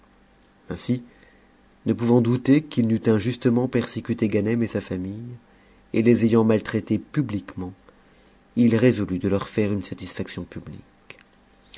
ainsi ne pouvant douter qu'il n'eût injustement persécuté ganem et sa famille et les ayant maltraités publiquement il résolut de leur faire une satisfaction publi